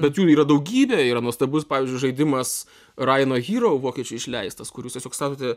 bet jų yra daugybė yra nuostabus pavyzdžiui žaidimas rhino hero vokiečių išleistas kur jūs tiesiog statote